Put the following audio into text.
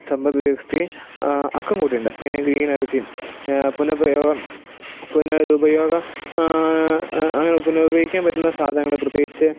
സമ്പത്ത് വ്യവസ്ഥയെ ആക്കം കൂട്ടിയിട്ടുണ്ട് പിന്നെ ഗ്രീൻ എനർജിയും പുനപ്രയോഗം പുനരൂപയോഗം പുനരുപയോഗിക്കാൻ പറ്റുന്ന സാധനങ്ങൾ പ്രത്യേകിച്ചു